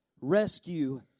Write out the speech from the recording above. rescue